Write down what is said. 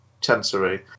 Chancery